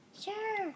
Sure